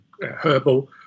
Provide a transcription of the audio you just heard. herbal